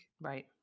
Right